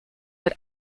but